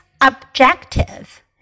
objective